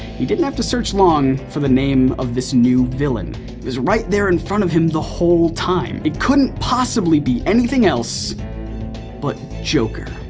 he didn't have to search long for the name of this new villain. it was right there in front of him the whole time. it couldn't possibly be anything else but joker.